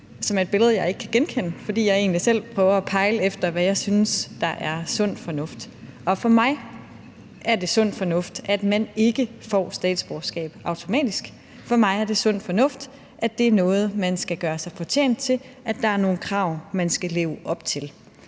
det er et billede, som jeg ikke kan genkende, fordi jeg egentlig selv prøver at pejle efter, hvad jeg synes er sund fornuft. Og for mig er det sund fornuft, at man ikke får statsborgerskab automatisk; for mig er det sund fornuft, at det er noget, man skal gøre sig fortjent til, at der er nogle krav, man skal leve op til.